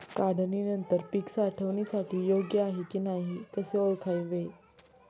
काढणी नंतर पीक साठवणीसाठी योग्य आहे की नाही कसे ओळखावे?